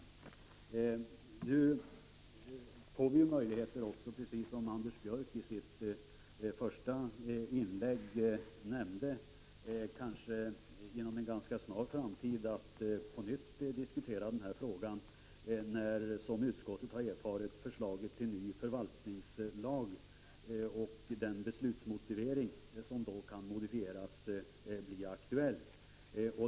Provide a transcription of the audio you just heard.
Nu kommer vi att få möjligheter, precis som Anders Björck nämnde i sitt första inlägg, att inom en kanske ganska nära framtid på nytt diskutera denna fråga, när förslaget till ny förvaltningslag och den beslutsmotivering som då kan modifieras blir aktuella.